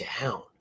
down